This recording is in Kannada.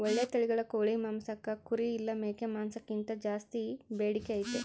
ಓಳ್ಳೆ ತಳಿಗಳ ಕೋಳಿ ಮಾಂಸಕ್ಕ ಕುರಿ ಇಲ್ಲ ಮೇಕೆ ಮಾಂಸಕ್ಕಿಂತ ಜಾಸ್ಸಿ ಬೇಡಿಕೆ ಐತೆ